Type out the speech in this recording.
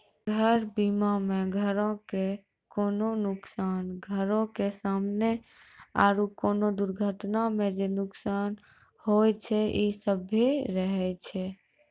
घर बीमा मे घरो के कोनो नुकसान, घरो के समानो आरु कोनो दुर्घटना मे जे नुकसान होय छै इ सभ्भे रहै छै